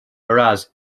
whereas